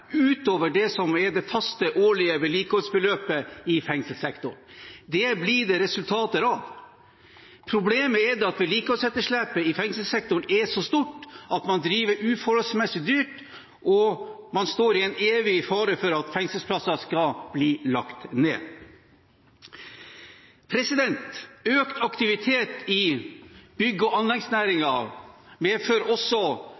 utover det som er det faste årlige vedlikeholdsbeløpet i fengselssektoren. Det blir det resultater av. Problemet er at vedlikeholdsetterslepet i fengselssektoren er så stort at man driver uforholdsmessig dyrt, og man står i en evig fare for at fengselsplasser skal bli lagt ned. Økt aktivitet i bygg- og anleggsnæringen medfører også